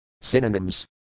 Synonyms